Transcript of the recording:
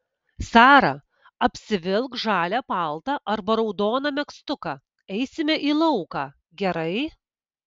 sara apsivilk žalią paltą arba raudoną megztuką eisime į lauką gerai